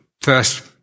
first